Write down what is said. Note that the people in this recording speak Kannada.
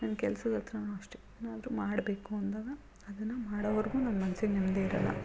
ನಾನು ಕೆಲ್ಸದ ಹತ್ರನು ಅಷ್ಟೇ ಏನಾದರೂ ಮಾಡಬೇಕು ಅಂದಾಗ ಅದನ್ನು ಮಾಡೋವರೆಗೂ ನನ್ನ ಮನ್ಸಿಗೆ ನೆಮ್ಮದಿ ಇರೋಲ್ಲ